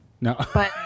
No